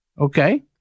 okay